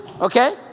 Okay